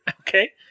Okay